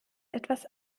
etwas